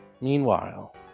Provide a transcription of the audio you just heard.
Meanwhile